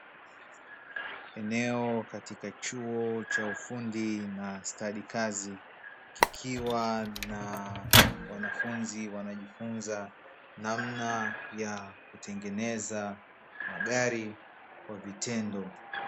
Eneo katika chuo cha ufundi na stadi kazi, kikiwa na wanafunzi wanaojifunza namna ya kutengeneza magari kwa vitendo.